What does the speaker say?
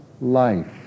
life